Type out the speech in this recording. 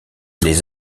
les